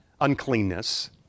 uncleanness